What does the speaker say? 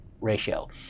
ratio